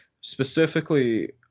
specifically